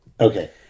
Okay